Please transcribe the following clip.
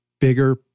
bigger